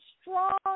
strong